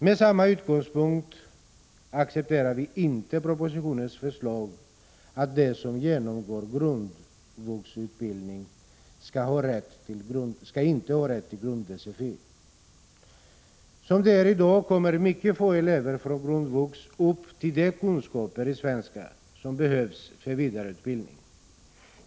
Med samma utgångspunkt accepterar vi inte propositionens förslag att de som genomgår grundvux-utbildning inte skall ha rätt till grund-sfi. Som det är i dag kommer mycket få elever från grundvux upp till de kunskaper i svenska som behövs för vidare utbildning.